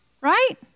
Right